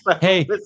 hey